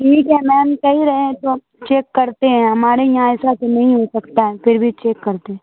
ٹھیک ہے میم کہہ رہے ہیں تو چیک کرتے ہیں ہمارے یہاں ایسا تو نہیں ہو سکتا ہے پھر بھی چیک کرتے